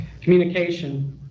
Communication